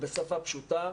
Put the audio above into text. בשפה פשוטה,